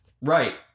right